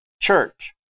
church